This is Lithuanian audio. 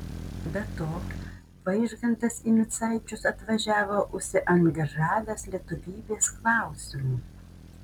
be to vaižgantas į micaičius atvažiavo užsiangažavęs lietuvybės klausimu